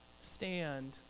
stand